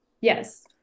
Yes